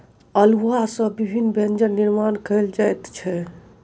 अउलुआ सॅ विभिन्न व्यंजन निर्माण कयल जा सकै छै